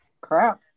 crap